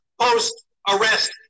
post-arrest